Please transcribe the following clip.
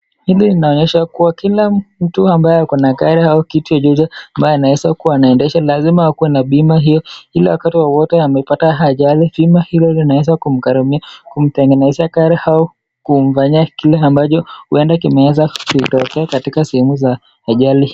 Hili linaonyesha kuwa, kila mtu ambaye ako na gari au kitu chochote ambayo anaweza kuwa anaendesha, lazima akue na bima hii, ili wakati wowote amepata ajali, bima hilo linaweza kumgharamia, kumtengenezea gari au kumfanyia kile ambacho huenda kimeweza kutokea katika sehemu za ajali hii.